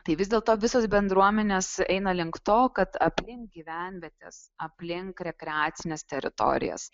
tai vis dėlto visos bendruomenės eina link to kad aplink gyvenvietes aplink rekreacines teritorijas